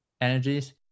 energies